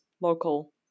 local